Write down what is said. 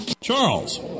Charles